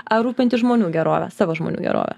ar rūpintis žmonių gerove savo žmonių gerove